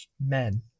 men